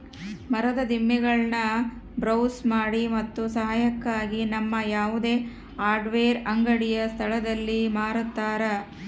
ಮರದ ದಿಮ್ಮಿಗುಳ್ನ ಬ್ರೌಸ್ ಮಾಡಿ ಮತ್ತು ಸಹಾಯಕ್ಕಾಗಿ ನಮ್ಮ ಯಾವುದೇ ಹಾರ್ಡ್ವೇರ್ ಅಂಗಡಿಯ ಸ್ಥಳದಲ್ಲಿ ಮಾರತರ